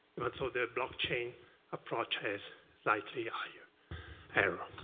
but the blockchain approach has slightly higher error.